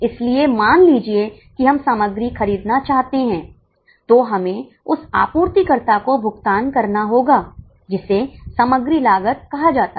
इसलिए मान लीजिए कि हम सामग्री खरीदना चाहते हैं तो हमें उस आपूर्तिकर्ता को भुगतान करना होगा जिसे सामग्री लागत कहा जाता है